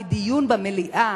כי דיון במליאה,